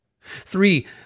Three